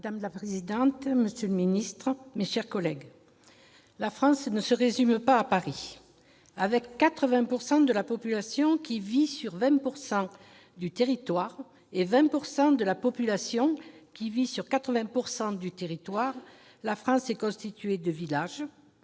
Madame la présidente, monsieur le ministre, mes chers collègues, la France ne se résume pas à Paris. Avec 80 % de la population vivant sur 20 % du territoire et 20 % de la population vivant sur 80 % du territoire, la France est constituée de villages,